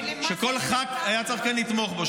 שכל ח"כ היה צריך כאן לתמוך בו,